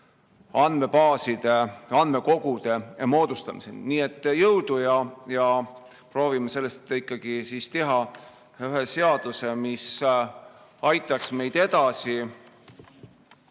andmebaaside ja andmekogude moodustamiseni. Nii et soovin jõudu ja proovime sellest ikkagi teha ühe seaduse, mis aitaks meid edasi